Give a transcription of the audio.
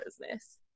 business